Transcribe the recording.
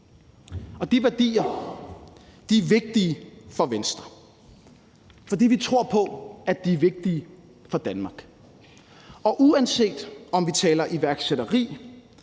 De værdier er vigtige for Venstre, fordi vi tror på, at de er vigtige for Danmark, og uanset om vi taler iværksætteri,